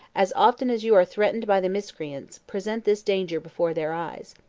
as often as you are threatened by the miscreants, present this danger before their eyes.